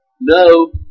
No